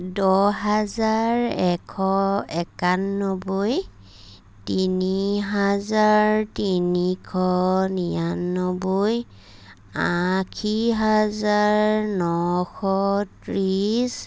দহ হাজাৰ এশ একানব্বৈ তিনি হাজাৰ তিনিশ নিৰানব্বৈ আশী হাজাৰ নশ ত্ৰিছ